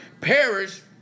perish